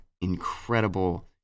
incredible